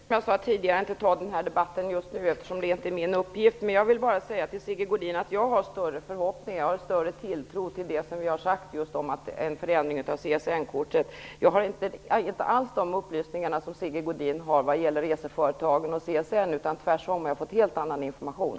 Herr talman! Jag tänker, som jag sade tidigare, inte ta upp denna debatt just nu, eftersom det inte är min uppgift. Jag vill bara säga till Sigge Godin att jag har större tilltro till det som vi har sagt om möjligheterna att förändra studeranderabatterna. Jag har inte alls sådana upplysningar som Sigge Godin har fått från CSN om reseföretagen, utan jag har fått helt annan information.